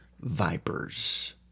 vipers